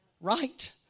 right